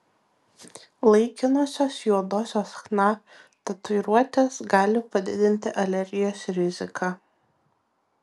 laikinosios juodosios chna tatuiruotės gali padidinti alergijos riziką